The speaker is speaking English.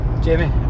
Jamie